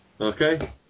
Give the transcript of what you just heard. Okay